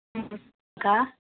ம் அக்கா